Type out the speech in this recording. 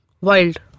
Wild